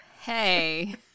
Hey